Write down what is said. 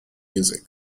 music